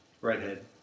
Redhead